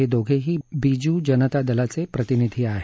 हे दोघेही बिज् जनता दलाचे प्रतिनिधी आहेत